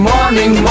Morning